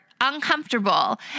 uncomfortable